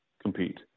compete